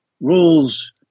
rules